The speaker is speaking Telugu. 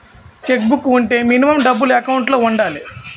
చెక్ బుక్ వుంటే మినిమం డబ్బులు ఎకౌంట్ లో ఉండాలి?